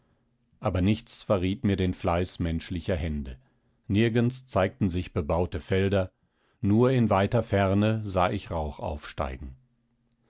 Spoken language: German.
aber nichts verriet mir den fleiß menschlicher hände nirgends zeigten sich bebaute felder nur in weiter ferne sah ich rauch aufsteigen